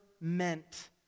meant